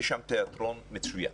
יש שם תיאטרון מצוין,